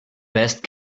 best